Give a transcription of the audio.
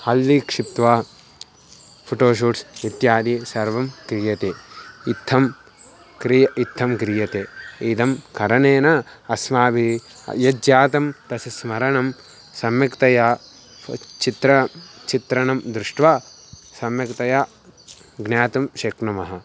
हल्दि क्षिप्त्वा फ़ोटोशूट्स् इत्यादि सर्वं क्रियते इत्थं क्रियते इत्थं क्रियते इदं करणेन अस्माभिः यज्जातं तस्य स्मरणं सम्यक्तया चित्रं चित्रणं दृष्ट्वा सम्यक्तया ज्ञातुं शक्नुमः